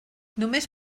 només